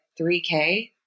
3k